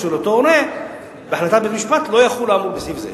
של אותו הורה בהחלטת בית-משפט" לא יחול עליו סעיף זה.